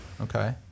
Okay